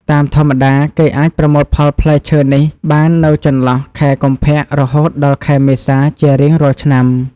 តាមធម្មតា គេអាចប្រមូលផលផ្លែឈើនេះបាននៅចន្លោះខែកុម្ភៈ រហូតដល់ខែមេសា ជារៀងរាល់ឆ្នាំ។